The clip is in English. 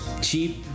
cheap